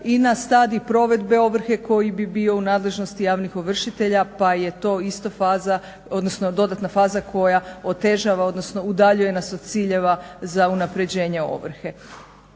i na stadij provedbe ovrhe koji bi bio u nadležnosti javnih ovršitelja pa je to isto faza, odnosno dodatna faza koja otežava, odnosno udaljuje nas od ciljeva za unapređenje ovrhe.